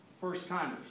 first-timers